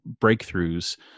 breakthroughs